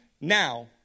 Now